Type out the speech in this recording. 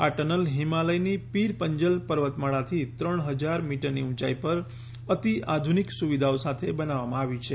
આ ટનલ હિમાલયની પીર પંજલ પર્વતમાળામાંથી ત્રણ હજાર મીટરની ઉંચાઇ પર અતિ આધુનિક સુવિધાઓ સાથે બનાવવામાં આવી છે